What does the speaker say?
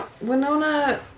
Winona